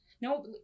No